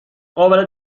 قابل